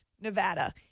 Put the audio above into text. Nevada